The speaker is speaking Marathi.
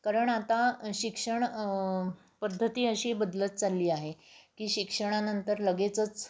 कारण आता शिक्षण पद्धती अशी बदलत चालली आहे की शिक्षणानंतर लगेचच